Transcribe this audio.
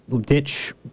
ditch